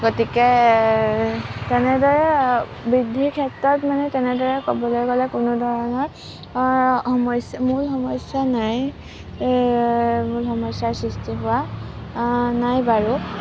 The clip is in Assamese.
গতিকে তেনেদৰে বৃদ্ধিৰ ক্ষেত্ৰত মানে তেনেদৰে ক'বলৈ গ'লে কোনোধৰণৰ মূল সমস্যা নাই মূল সমস্যাৰ সৃষ্টি হোৱা নাই বাৰু